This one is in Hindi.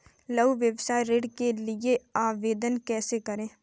लघु व्यवसाय ऋण के लिए आवेदन कैसे करें?